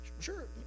sure